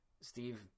Steve